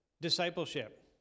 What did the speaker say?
Discipleship